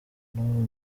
n’ubu